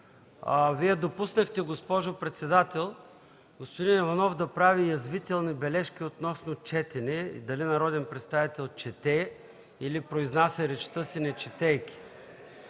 Вие допуснахте, госпожо председател, господин Иванов да прави язвителни бележки относно четене и дали народен представител чете или произнася речта си, без